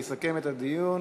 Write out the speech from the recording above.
יסכם את הדיון